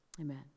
amen